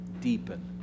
deepen